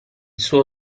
suo